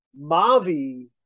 Mavi